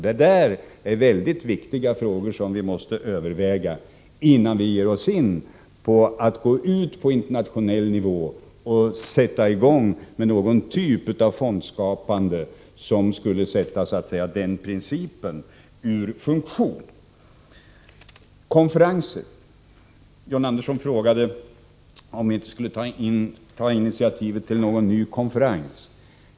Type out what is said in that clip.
Det är mycket viktiga frågor som vi måste överväga innan vi går ut på internationell nivå och börjar med någon typ av fondskapande som skulle sätta den principen ur funktion. John Andersson frågade om vi inte skulle ta initiativ till någon ny konferens.